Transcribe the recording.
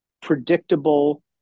predictable